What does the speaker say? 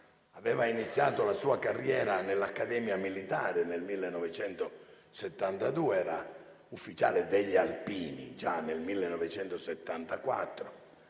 aveva iniziato la sua carriera nell'Accademia militare nel 1972. Era ufficiale degli alpini già nel 1974